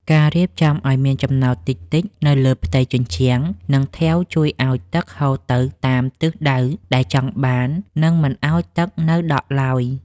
ការរៀបចំឱ្យមានចំណោទតិចៗនៅលើផ្ទៃជញ្ជាំង និង ថែវជួយឱ្យទឹកហូរទៅតាមទិសដៅដែលចង់បាន និង មិនឱ្យទឹកនៅដក់ឡើយ។